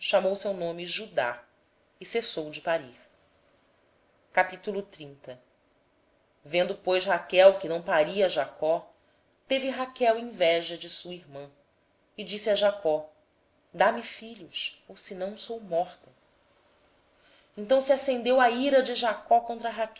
chamou judá e cessou de ter filhos vendo raquel que não dava filhos a jacó teve inveja de sua irmã e disse a jacó dá-me filhos senão eu morro então se acendeu a ira de jacó contra